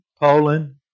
Poland